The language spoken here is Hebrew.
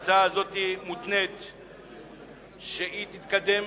אני מודיע שההצעה הזאת מותנית בזה שהיא תתקדם